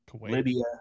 Libya